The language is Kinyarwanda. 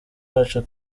bacu